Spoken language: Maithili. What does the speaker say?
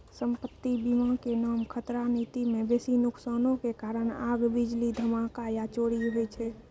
सम्पति बीमा के नाम खतरा नीति मे बेसी नुकसानो के कारण आग, बिजली, धमाका या चोरी होय छै